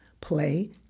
play